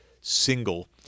single